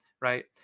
right